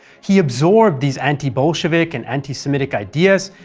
he absorbed these anti-bolshevik and anti-semitic ideas,